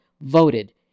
voted